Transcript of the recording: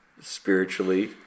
spiritually